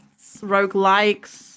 roguelikes